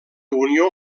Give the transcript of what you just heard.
unió